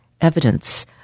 evidence